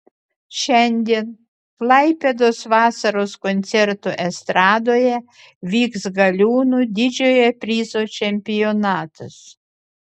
šiandien klaipėdos vasaros koncertų estradoje vyks galiūnų didžiojo prizo čempionatas